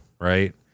Right